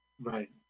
Right